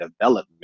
development